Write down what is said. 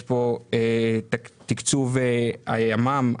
יש פה תקצוב הימ"מ,